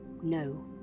No